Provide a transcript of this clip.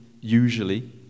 usually